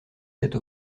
cette